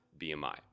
BMI